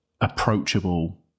approachable